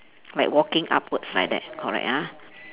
like walking upwards like that correct ah